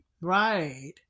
Right